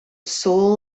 soul